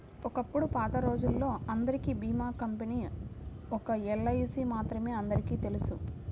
ఒకప్పుడు పాతరోజుల్లో అందరికీ భీమా కంపెనీ ఒక్క ఎల్ఐసీ మాత్రమే అందరికీ తెలుసు